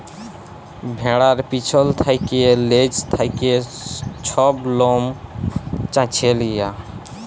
ভেড়ার পিছল থ্যাকে লেজ থ্যাকে ছব লম চাঁছে লিয়া